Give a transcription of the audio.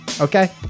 Okay